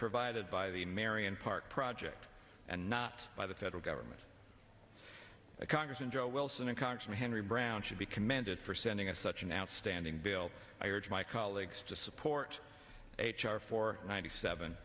provided by the marion park project and not by the federal government a congressman joe wilson and congressman henry brown should be commended for sending us such an outstanding bill i urge my colleagues to support h r four ninety seven